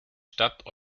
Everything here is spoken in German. stadt